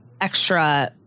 extra